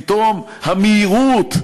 פתאום המהירות,